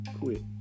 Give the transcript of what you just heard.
quit